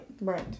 Right